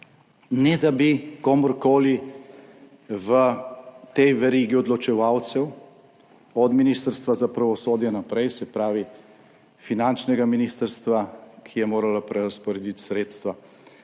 ne da bi komurkoli v tej verigi odločevalcev od Ministrstva za pravosodje naprej, se pravi finančnega ministrstva, ki je moralo prerazporediti sredstva